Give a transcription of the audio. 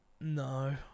No